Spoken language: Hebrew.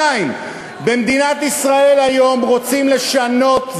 2. במדינת ישראל היום רוצים לשנות,